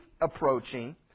approaching